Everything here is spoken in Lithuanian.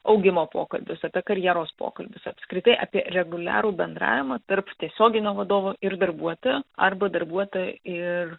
augimo pokalbius apie karjeros pokalbius apskritai apie reguliarų bendravimą tarp tiesioginio vadovo ir darbuotojo arba darbuotojo ir